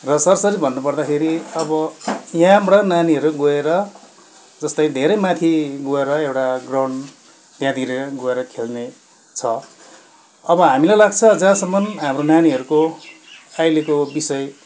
र सरसरी भन्नु पर्दाखेरि अब यहाँबाट नानीहरू गएर जस्तै धेरै माथि गएर एउटा ग्राउन्ड त्यहाँनिर गएर खेल्ने छ अब हामीलाई लाग्छ जहाँसम्म हाम्रो नानीहरूको अहिलेको विषय